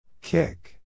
Kick